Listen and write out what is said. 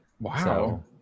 Wow